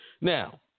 Now